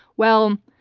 well,